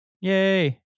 Yay